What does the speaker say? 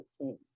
team